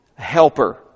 helper